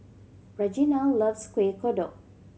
Reginal loves Kueh Kodok